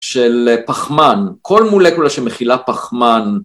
של פחמן, כל מולקולה שמכילה פחמן